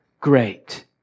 Great